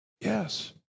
Yes